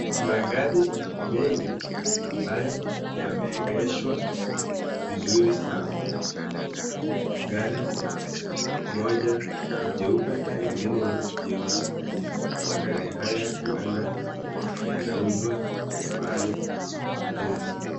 Magari mengi ambayo yameegeshwa vizuri sana. Gari moja ni jeupe na mengine ni meusi. Magari haya huenda yanauzwa mahali humu.